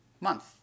month